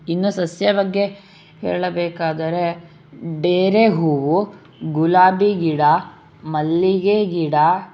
ಇನ್ನು ಸಸ್ಯ ಬಗ್ಗೆ ಹೇಳಬೇಕಾದರೆ ಡೇರೆ ಹೂವು ಗುಲಾಬಿ ಗಿಡ ಮಲ್ಲಿಗೆ ಗಿಡ